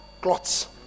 cloths